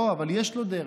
לא, אבל יש לו דרך.